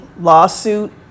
lawsuit